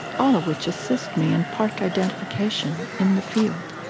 all of which assist me in part identification in the field.